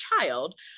child